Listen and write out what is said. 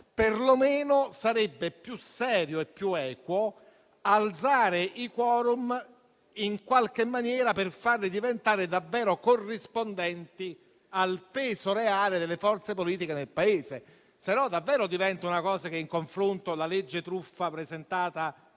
perlomeno sarebbe più serio e più equo alzare i *quorum* in qualche maniera per farli diventare davvero corrispondenti al peso reale delle forze politiche nel Paese. In caso contrario, davvero diventerà qualcosa al cui confronto la legge truffa presentata